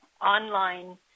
online